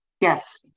Yes